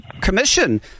commission